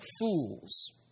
fools